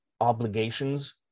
obligations